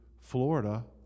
Florida